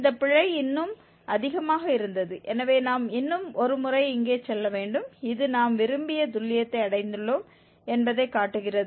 இந்த பிழை இன்னும் அதிகமாக இருந்தது எனவே நாம் இன்னும் ஒரு முறை இங்கே செல்ல வேண்டும் இது நாம் விரும்பிய துல்லியத்தை அடைந்துள்ளோம் என்பதைக் காட்டுகிறது